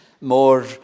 more